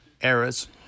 eras